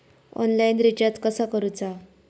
Online recharge कसा करूचा?